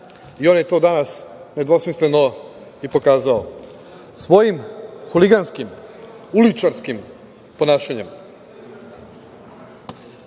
On je to danas nedvosmisleno i pokazao svojim huliganskih, uličarskim ponašanjem,